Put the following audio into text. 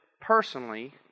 personally